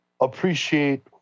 appreciate